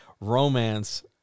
romance